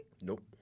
Nope